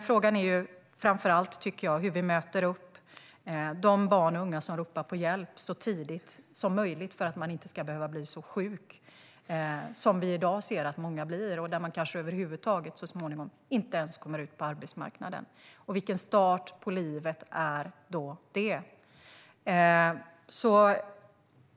Frågan är framför allt hur vi möter upp de barn och unga som ropar på hjälp så tidigt som möjligt så att man inte ska behöva bli så sjuk, som vi i dag ser att många blir, så att man över huvud taget inte ens kommer ut på arbetsmarknaden. Vilken start på livet är det?